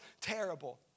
terrible